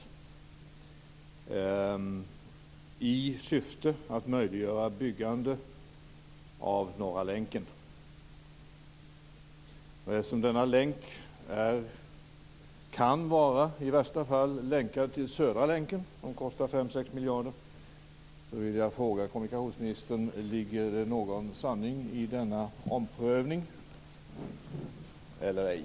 Syftet skulle vara att möjliggöra byggande av Norra länken. Eftersom denna länk i värsta fall kan vara länkad till Södra länken, som kostar 5-6 miljarder, vill jag fråga kommunikationsministern om det ligger någon sanning i detta eller ej.